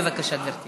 בבקשה, גברתי.